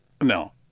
No